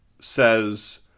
says